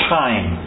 time